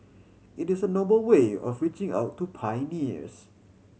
it is a noble way of reaching out to pioneers